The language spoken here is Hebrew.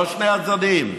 לא שני הצדדים.